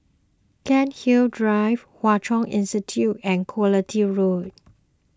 Cairnhill Drive Hwa Chong Institution and Quality Road